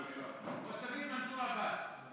או שתביא את מנסור עבאס.